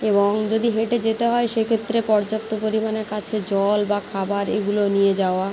এবং যদি হেঁটে যেতে হয় সে ক্ষেত্রে পর্যাপ্ত পরিমাণে কাছে জল বা খাবার এগুলো নিয়ে যাওয়া